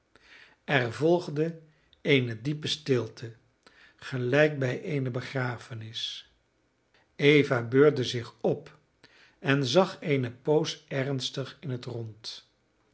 er volgde eene diepe stilte gelijk bij eene begrafenis eva beurde zich op en zag eene poos ernstig in het rond